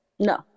No